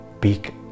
big